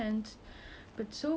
good body